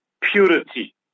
purity